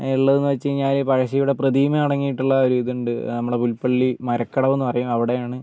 ഉള്ളതെന്ന് വെച്ച് കഴിഞ്ഞാൽ പഴശ്ശിയുടെ പ്രതിമ അടങ്ങിയിട്ടുള്ള ഒരു ഇതുണ്ട് നമ്മുടെ പുൽപ്പള്ളി മരക്കടവെന്ന് പറയും അവിടെയാണ്